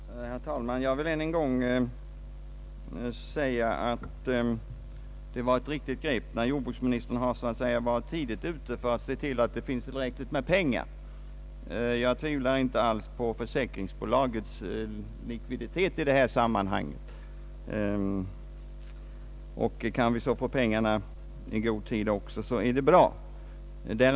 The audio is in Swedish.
Herr talman! Jag vill än en gång säga att det var ett riktigt grepp när jordbruksministern var tidigt ute för att se till att det fanns tillräckligt med pengar. Jag tvivlar inte alls på »försäkringsbolagets» likviditet i detta sammanhang. Kan vi också få pengarna i god tid, så är det bra.